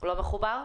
לא מחובר.